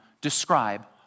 describe